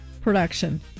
production